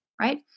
right